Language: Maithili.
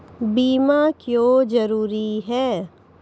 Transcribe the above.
बीमा क्यों जरूरी हैं?